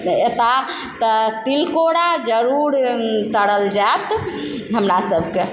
एता तऽ तिलकोरा जरुर तरल जायत हमरा सबके